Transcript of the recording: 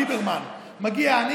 ליברמן מגיע,